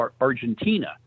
Argentina